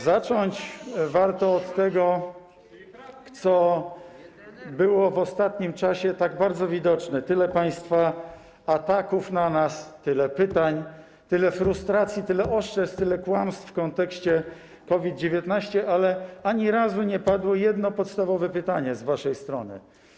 Zacząć warto od tego, co było w ostatnim czasie tak bardzo widoczne: tyle państwa ataków na nas, tyle pytań, tyle frustracji, tyle oszczerstw, tyle kłamstw w kontekście COVID-19, ale ani razu nie padło jedno podstawowe pytanie z waszej strony: